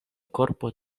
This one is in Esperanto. korpo